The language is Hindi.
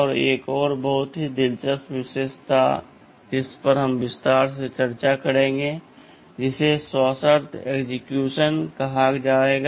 और एक और बहुत ही दिलचस्प विशेषता है जिस पर हम विस्तार से चर्चा करेंगे जिसे सशर्त एक्सेक्यूशन कहा जाएगा